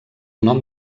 nom